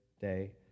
day